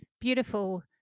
beautiful